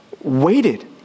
waited